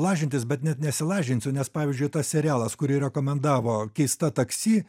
lažintis bet net nesilažinsiu nes pavyzdžiui tas serialas kurį rekomendavo keista taksi